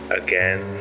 again